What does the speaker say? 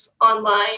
online